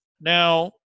Now